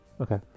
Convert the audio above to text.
Okay